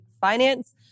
finance